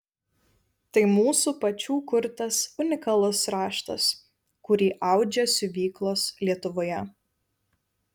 tai mūsų pačių kurtas unikalus raštas kurį audžia siuvyklos lietuvoje